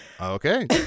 Okay